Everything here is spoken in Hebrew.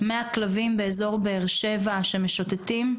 100 כלבים באזור באר שבע שמשוטטים,